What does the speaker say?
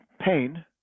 pain